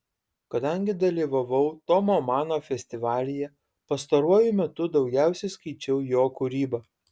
kadangi dalyvavau tomo mano festivalyje pastaruoju metu daugiausiai skaičiau jo kūrybą